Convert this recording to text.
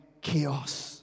chaos